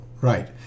right